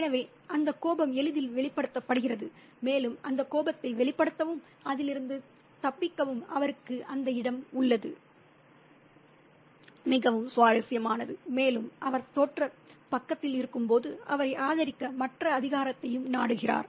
எனவே அந்த கோபம் எளிதில் வெளிப்படுத்தப்படுகிறது மேலும் அந்த கோபத்தை வெளிப்படுத்தவும் அதிலிருந்து தப்பிக்கவும் அவருக்கு அந்த இடம் உள்ளது அது மிகவும் சுவாரஸ்யமானது மேலும் அவர் தோற்ற பக்கத்தில் இருக்கும்போது அவரை ஆதரிக்க மற்ற அதிகாரத்தையும் நாடுகிறார்